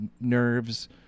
nerves